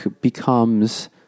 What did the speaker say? becomes